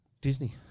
Disney